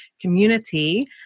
community